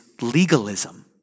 legalism